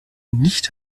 nicht